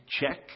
check